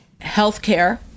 Healthcare